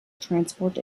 transport